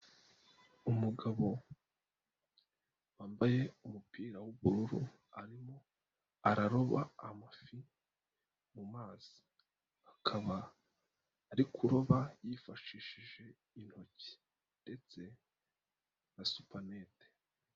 Umugabo wambaye umupira w'ubururu, arimo araroba amafi mu mazi, akaba ari kuroba yifashishije intoki ndetse na supanete.